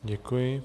Děkuji.